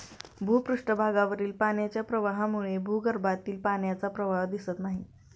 भूपृष्ठावरील पाण्याच्या प्रवाहाप्रमाणे भूगर्भातील पाण्याचा प्रवाह दिसत नाही